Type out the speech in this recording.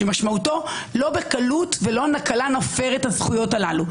שמשמעו שלא בקלות נפר את הזכויות הללו.